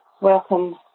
welcome